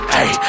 Hey